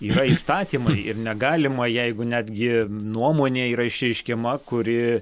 yra įstatymai ir negalima jeigu netgi nuomonė yra išreiškiama kuri